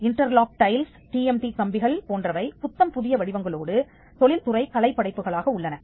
interlock tiles TMT கம்பிகள் போன்றவை புத்தம் புதிய வடிவங்களோடு தொழில்துறை கலைப் படைப்புகளாக உள்ளன